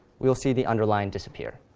we'll see the underline disappear.